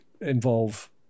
involve